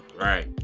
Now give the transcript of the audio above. right